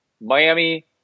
miami